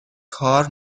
کار